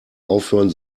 aufhören